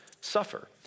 suffer